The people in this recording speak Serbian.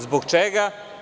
Zbog čega?